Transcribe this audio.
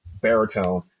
Baritone